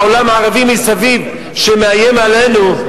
העולם הערבי מסביב שמאיים עלינו,